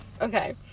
Okay